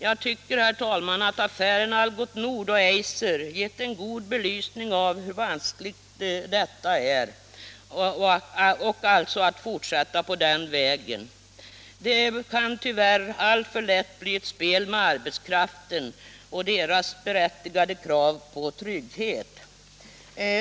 Jag tycker, herr talman, att affärerna Algots Nord och Eiser gett en god belysning av hur vanskligt det är att fortsätta på den vägen. Det kan tyvärr alltför lätt bli ett spel med arbetskraften och dess berättigade krav på trygghet.